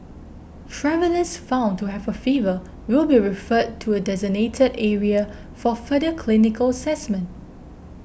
travellers found to have a fever will be referred to a designated area for further clinical assessment